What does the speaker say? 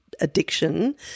addiction